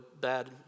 bad